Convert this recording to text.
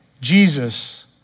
Jesus